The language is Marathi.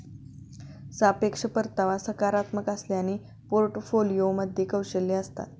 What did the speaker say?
सापेक्ष परतावा सकारात्मक असल्याने पोर्टफोलिओमध्ये कौशल्ये असतात